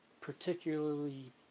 particularly